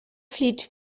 flieht